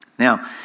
Now